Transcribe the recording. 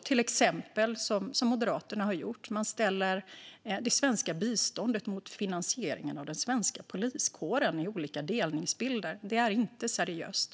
Till exempel gäller det hur Moderaterna ställer det svenska biståndet mot finansieringen av den svenska poliskåren i olika delningsbilder. Det är inte seriöst.